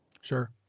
Sure